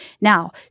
Now